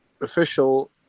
official